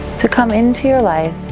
to come into your life.